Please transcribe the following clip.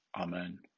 Amen